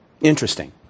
Interesting